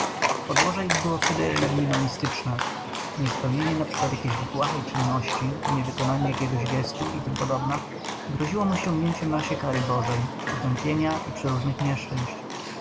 podłoże ich było wtedy religijno mistyczne niespełnienie np jakiejś błahej czynności niewykonanie jakiegoś gestu i t p groziło mu ściągnięciem na się kary bożej potępienia i przeróżnych nieszczęść